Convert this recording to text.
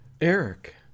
Eric